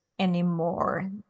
anymore